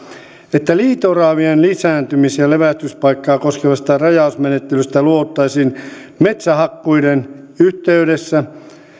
että liito oravien lisääntymis ja levähdyspaikkaa koskevasta rajausmenettelystä luovuttaisiin metsähakkuiden yhteydessä